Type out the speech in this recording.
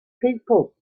people